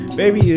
baby